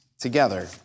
together